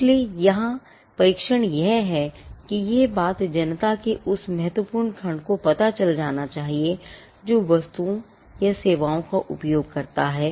इसलिए यहां परीक्षण यह है कि यह बात जनता के उस महत्वपूर्ण खंड को पता चल जाना चाहिए जो वस्तुओं या सेवाओं का उपयोग करता है